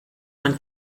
man